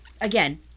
again